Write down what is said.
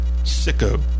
sicko